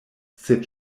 sed